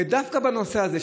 ודווקא בנושא הזה,